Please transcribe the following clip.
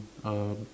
um